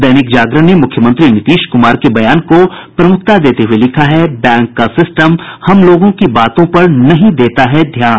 दैनिक जागरण ने मुख्यमंत्री नीतीश कुमार के बयान को प्रमुखता देते हुये लिखा है बैक का सिस्टम हमलोगों की बातों पर नहीं देता है ध्यान